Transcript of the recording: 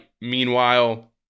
Meanwhile